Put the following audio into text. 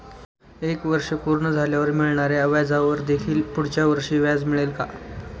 एक वर्ष पूर्ण झाल्यावर मिळणाऱ्या व्याजावर देखील पुढच्या वर्षी व्याज मिळेल का?